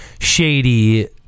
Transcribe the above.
shady